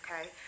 Okay